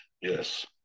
Yes